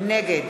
נגד